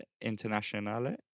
Internationale